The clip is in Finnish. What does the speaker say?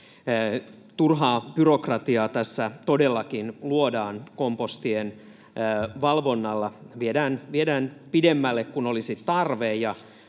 Turhaa byrokratiaa todellakin luodaan kompostien valvonnalla, viedään pidemmälle kuin olisi tarve,